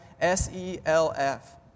S-E-L-F